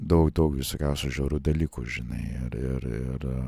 daug daug visokiausių žiaurių dalykų žinai ir ir ir